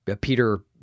Peter